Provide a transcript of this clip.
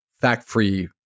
fact-free